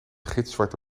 gitzwarte